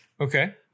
Okay